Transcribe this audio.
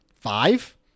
five